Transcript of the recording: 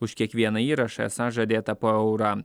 už kiekvieną įrašą esą žadėta po eurą